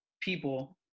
people